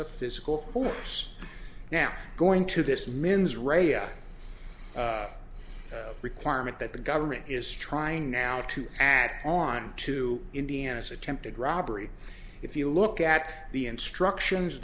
of physical force now going to this mens rea a requirement that the government is trying now to add on to indiana's attempted robbery if you look at the instructions